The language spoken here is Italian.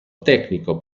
tecnico